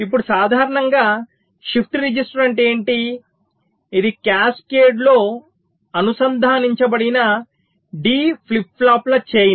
ఇప్పుడు సాధారణంగా shift register అంటే ఏమిటి ఇది క్యాస్కేడ్లో అనుసంధానించబడిన D ఫ్లిప్ ఫ్లాప్ల చైన్